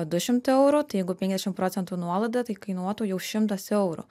du šimtai eurų tai jeigu penkiasdešimt procentų nuolaida tai kainuotų jau šimtas eurų